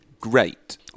great